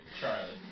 Charlie